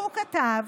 הוא כתב,